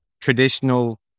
traditional